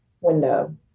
Window